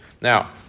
Now